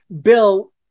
Bill